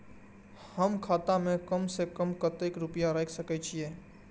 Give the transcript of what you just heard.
हम खाता में कम से कम कतेक रुपया रख सके छिए?